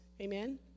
Amen